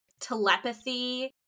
telepathy